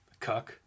Cuck